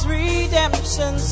redemption